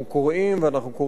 ואנחנו קוראים את זה בדאגה,